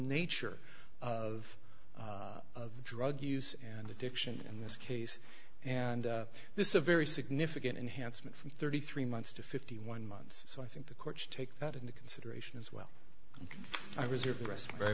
nature of the drug use and addiction in this case and this is a very significant enhancement from thirty three months to fifty one months so i think the court should take that into consideration as well i reserve